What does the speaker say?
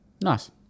Nice